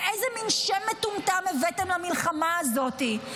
ואיזה מין שם מטומטם הבאתם למלחמה הזאת,